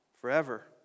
forever